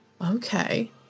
Okay